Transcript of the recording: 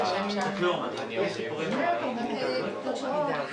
אם יש לכם איזשהו מעקב על תלונות שנמצאו